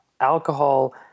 alcohol